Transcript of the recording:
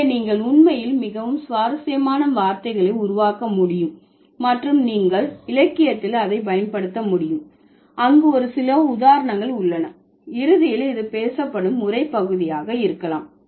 இங்கே நீங்கள் உண்மையில் மிகவும் சுவாரஸ்யமான வார்த்தைகள் உருவாக்க முடியும் மற்றும் நீங்கள் இலக்கியத்தில் அதை பயன்படுத்த முடியும் அங்கு ஒரு சில உதாரணங்கள் உள்ளன இறுதியில் இது பேசப்படும் உரைபகுதியாக இருக்கலாம்